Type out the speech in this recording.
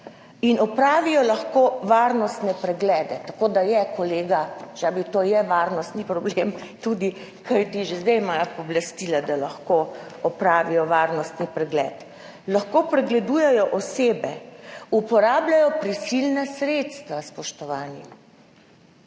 Opravijo lahko varnostne preglede, tako da, ja, kolega Žavbi, to je tudi varnostni problem, kajti že zdaj imajo pooblastila, da lahko opravijo varnostni pregled. Lahko pregledujejo osebe, uporabljajo prisilna sredstva, spoštovani,